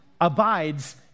abides